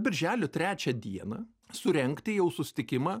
birželio trečią dieną surengti jau susitikimą